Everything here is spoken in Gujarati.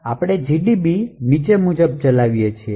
આપણે gdb નીચે મુજબ ચલાવીએ છીએ